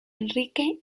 enrique